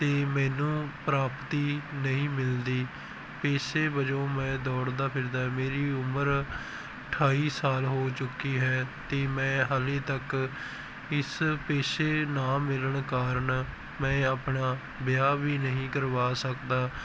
ਅਤੇ ਮੈਨੂੰ ਪ੍ਰਾਪਤੀ ਨਹੀਂ ਮਿਲਦੀ ਪੇਸ਼ੇ ਵਜੋਂ ਮੈਂ ਦੌੜਦਾ ਫਿਰਦਾ ਆ ਮੇਰੀ ਉਮਰ ਅਠਾਈ ਸਾਲ ਹੋ ਚੁੱਕੀ ਹੈ ਅਤੇ ਮੈਂ ਹਾਲੇ ਤੱਕ ਇਸ ਪੇਸ਼ੇ ਨਾ ਮਿਲਣ ਕਾਰਨ ਮੈਂ ਆਪਣਾ ਵਿਆਹ ਵੀ ਨਹੀਂ ਕਰਵਾ ਸਕਦਾ